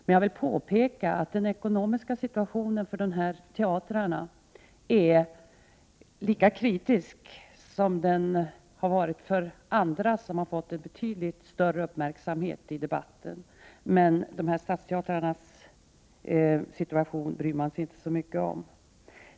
Men jag vill påpeka att den ekonomiska situationen för dessa teatrar är lika kritisk som den situation som andra befunnit sig i och som fått betydligt större uppmärksamhet i debatten. Stadsteatrarnas situation bryr man sig tydligen inte särskilt mycket om.